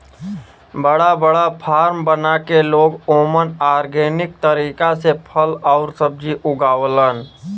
बड़ा बड़ा फार्म बना के लोग ओमन ऑर्गेनिक तरीका से फल आउर सब्जी उगावलन